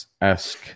esque